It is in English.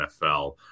nfl